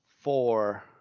four